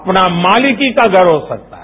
अपना मालिकी का घर हो सकता है